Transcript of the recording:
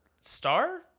Star